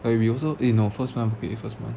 like we also eh no first month 不可以 first month